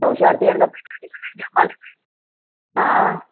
त होश्यारु थियणु खपे न अॼुकल्ह जे ज़माने में हा